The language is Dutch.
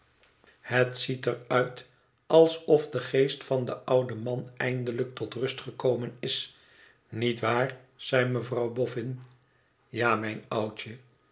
het ziet er uit alsof de geest van den ouden man eindelijk tot rust gekomen is niet waar zei mevrouw boffin ja mijn oudje